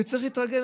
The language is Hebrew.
שצריך להתרגל.